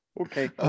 okay